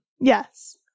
Yes